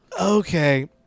Okay